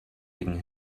gegen